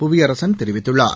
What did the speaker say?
புவியரசன் தெரிவித்துள்ளார்